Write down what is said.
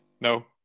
no